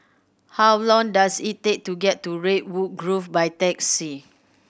how long does it take to get to Redwood Grove by taxi